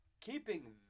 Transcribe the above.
keeping